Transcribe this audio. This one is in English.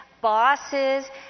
bosses